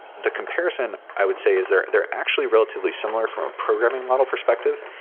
the comparison i would say is they're they're actually relatively similar from a programming model perspective.